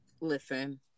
Listen